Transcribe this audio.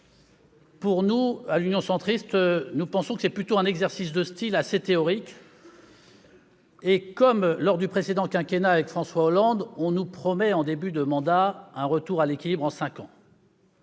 du groupe Union Centriste, nous estimons qu'il s'agit plutôt d'un exercice de style, assez théorique. Comme lors du quinquennat de François Hollande, on nous promet, en début de mandat, un retour à l'équilibre en cinq ans.